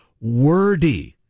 wordy